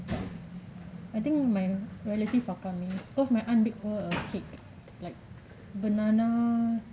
I think mine relative are coming because my auntie bake for her cake like banana